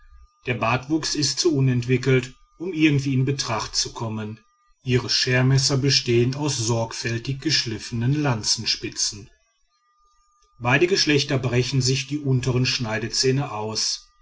der bartwuchs ist zu unentwickelt um irgendwie in betracht zu kommen ihre schermesser bestehen aus sorgfältig geschliffenen lanzenspitzen beide geschlechter brechen sich die untern schneidezähne aus